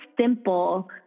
simple